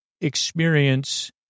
experience